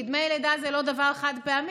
כי דמי לידה זה לא דבר חד-פעמי,